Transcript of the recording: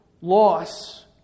loss